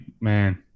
man